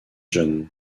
john